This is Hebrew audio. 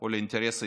ולאינטרס הישראלי.